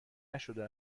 نشده